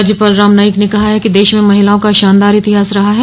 राज्यपाल राम नाईक ने कहा है कि देश में महिलाओं का शानदार इतिहास रहा है